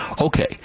Okay